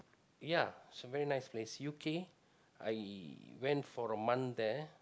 ya it's a very nice place U_K I went for a month there